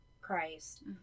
Christ